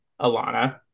Alana